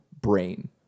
brain